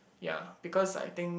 ya because I think